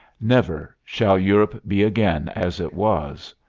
never shall europe be again as it was.